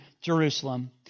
Jerusalem